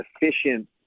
efficient